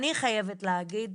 אני חייבת להגיד